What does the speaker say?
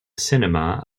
cinema